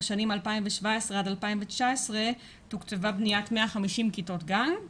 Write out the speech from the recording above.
בשנים 2017 עד 2019 תוקצבה בניית 150 כיתות גן.